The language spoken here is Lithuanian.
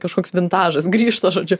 kažkoks vintažas grįžta žodžiu